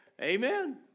Amen